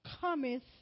cometh